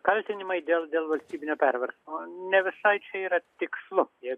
kaltinimai dėl dėl valstybinio perversmo o ne visai čia yra tikslu jeigu